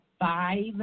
five